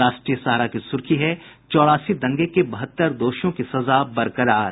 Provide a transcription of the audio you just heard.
राष्ट्रीय सहारा की सुर्खी है चौरासी दंगे के बहत्तर दोषियों की सजा बरकरार